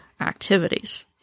activities